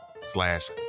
slash